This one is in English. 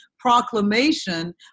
proclamation